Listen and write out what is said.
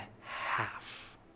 half